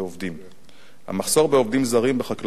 המחסור בעובדים זרים בחקלאות ועלויות ההעסקה